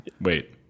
wait